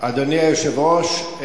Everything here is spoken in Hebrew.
אדוני היושב-ראש,